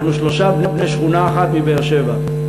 אנחנו שלושה בני שכונה אחת מבאר-שבע.